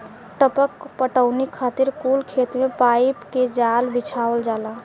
टपक पटौनी खातिर कुल खेत मे पाइप के जाल बिछावल जाला